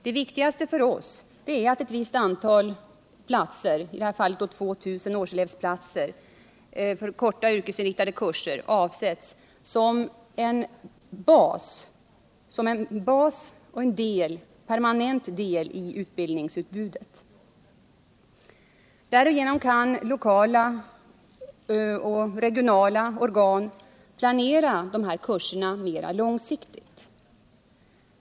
Det viktigaste för oss är att ett visst antal platser, i detta fall 2 000 årselevplatser, för korta yrkesinriktade kurser avsätts som en bas och en permanent del av utbildningsutbudet. Därigenom kan lokala och kommunala organ planera de här kurserna mera långsiktigt.